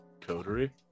coterie